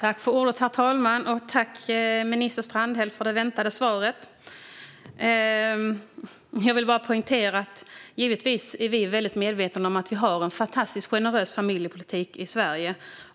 Herr talman! Tack, minister Strandhäll, för det väntade svaret! Jag vill poängtera att vi givetvis är väldigt medvetna om att vi har en fantastiskt generös familjepolitik i Sverige.